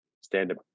stand-up